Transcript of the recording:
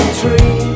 tree